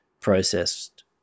processed